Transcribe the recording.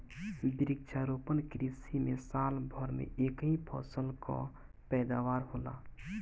वृक्षारोपण कृषि में साल भर में एक ही फसल कअ पैदावार होला